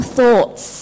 thoughts